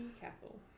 castle